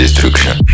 Destruction